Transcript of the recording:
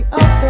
up